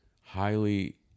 highly